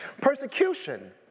Persecution